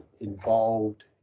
involved